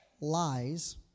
lies